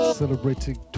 celebrating